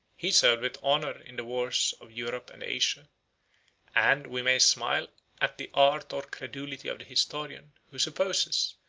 he served with honor in the wars of europe and asia and we may smile at the art or credulity of the historian, who supposes,